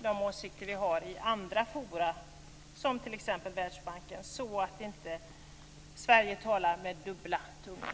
de åsikter vi för fram i andra forum, t.ex. Världsbanken, så att Sverige inte talar med dubbla tungor.